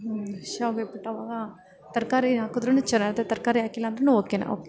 ಹ್ಞೂ ಶಾವಿಗೆ ಉಪ್ಪಿಟ್ಟು ಆವಾಗ ತರಕಾರಿ ಹಾಕಿದ್ರೂ ಚೆನ್ನಾಗಿರುತ್ತೆ ತರಕಾರಿ ಹಾಕಿಲ್ಲಂದ್ರೂ ಓಕೆನೆ ಓಕೆ